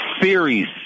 series